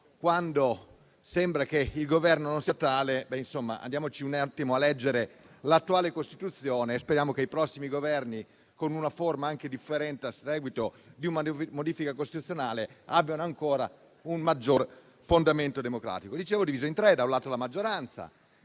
quando sembra che il Governo non sia tale: andiamoci a leggere l'attuale Costituzione e speriamo che i prossimi Governi, con una forma anche differente a seguito di una modifica costituzionale, abbiano un ancor maggiore fondamento democratico. Stavo dicendo che il Parlamento